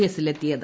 എസിലെത്തിയത്